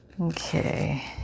okay